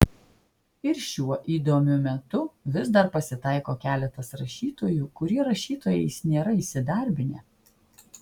ir šiuo įdomiu metu vis dar pasitaiko keletas rašytojų kurie rašytojais nėra įsidarbinę